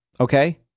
okay